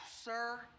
sir